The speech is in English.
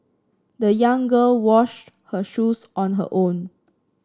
the young girl washed her shoes on her own